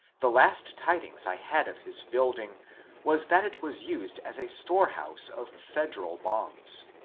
the last tidings i had of his building was that it was used as a storehouse of federal bombs.